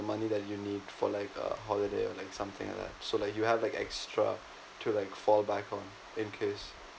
of the money that you need for like a holiday or like something like that so like you have like extra to like fall back on in case